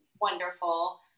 wonderful